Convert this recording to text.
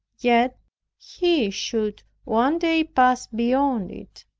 yet he should one day pass beyond it,